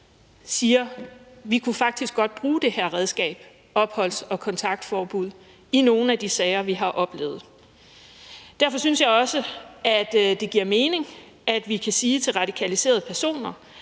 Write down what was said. siger: Vi kunne faktisk godt bruge det her redskab – opholds- og kontaktforbud – i nogle af de sager, vi har oplevet. Derfor synes jeg også, at det giver mening, at vi kan sige til radikaliserede personer,